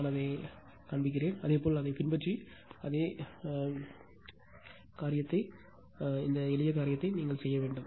நான் அதை காண்பித்தேன் அதேபோல் அதைப் பின்பற்றி அதே காரியத்தை எளிய காரியத்தைச் செய்ய வேண்டும்